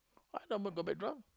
but I never got back drunk